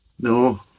No